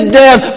death